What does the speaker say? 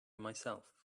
myself